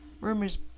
Rumors